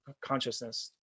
consciousness